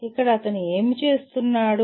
ఇక్కడ అతను ఏమి చేస్తున్నాడు